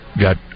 got